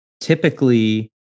typically